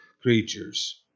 Creatures